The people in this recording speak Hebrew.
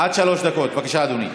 עד שלוש דקות, בבקשה, אדוני.